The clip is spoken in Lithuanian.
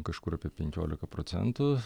kažkur apie penkioliką procentų